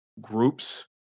groups